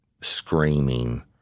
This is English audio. screaming